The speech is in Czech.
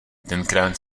tenkrát